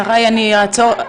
שריי, אני אעצור פה.